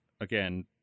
again